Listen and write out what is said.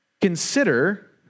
consider